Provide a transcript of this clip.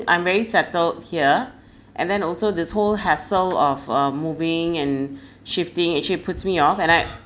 I'm very settled here and then also this whole hassle of uh moving and shifting actually puts me off and I